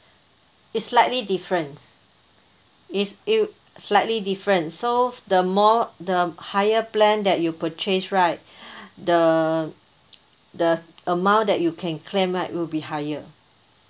it's slightly different it's you slightly different so the more the higher plan that you purchase right the the amount that you can claim right will be higher